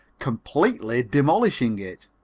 completely demolishing it.